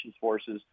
forces